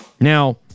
Now